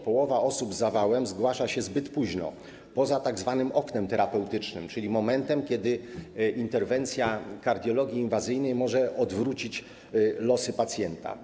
Połowa osób z zawałem zgłasza się zbyt późno, poza tzw. oknem terapeutycznym, czyli momentem, kiedy interwencja kardiologii inwazyjnej może odwrócić losy pacjenta.